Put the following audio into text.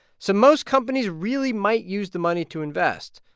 so most companies really might use the money to invest.